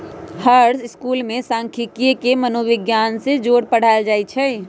हर school में सांखियिकी के मनोविग्यान से जोड़ पढ़ायल जाई छई